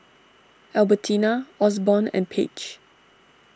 Albertina Osborn and Page